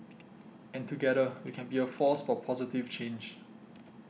and together we can be a force for positive change